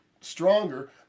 stronger